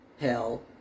hell